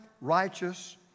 righteous